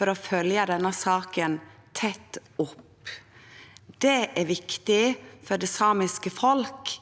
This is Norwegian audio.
for å følgje denne saka tett opp. Det er viktig for det samiske folket,